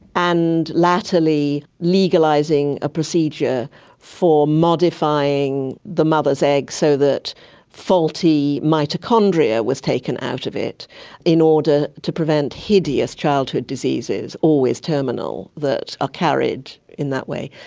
and latterly legalising a procedure for modifying the mother's egg so that faulty mitochondria was taken out of it in order to prevent hideous childhood diseases, always terminal, that are carried in that way.